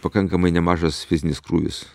pakankamai nemažas fizinis krūvis